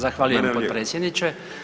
Da, zahvaljujem potpredsjedniče.